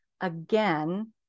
again